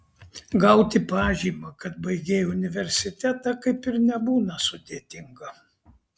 gauti pažymą kad baigei universitetą kaip ir nebūna sudėtinga